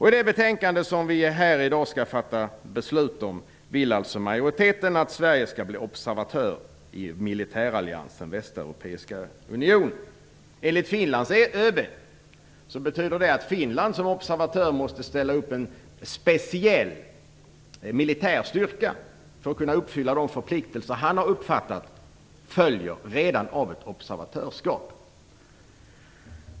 I det betänkande som vi i dag skall fatta beslut om vill alltså utskottsmajoriteten att Sverige skall bli observatör i militäralliansen Västeuropeiska unionen. Enligt Finlands ÖB betyder det att Finland som observatör måste ställa upp med en speciell militär styrka för att kunna uppfylla de förpliktelser som han har uppfattat följer redan av ett observatörskap.